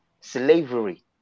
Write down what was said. slavery